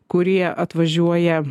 kurie atvažiuoja